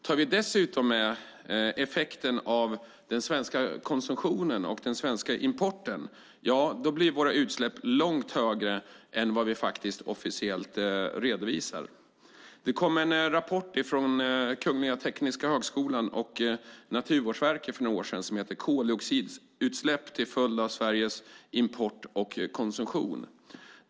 Tar vi dessutom med effekter av den svenska konsumtionen och den svenska importen blir våra utsläpp långt högre än vad vi officiellt redovisar. Det kom en rapport från Kungliga Tekniska högskolan och Naturvårdsverket för några år sedan om heter Koldioxidutsläpp till följd av Sveriges import och konsumtion .